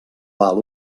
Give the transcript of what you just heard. val